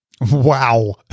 Wow